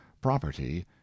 property